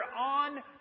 on